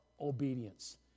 obedience